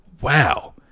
wow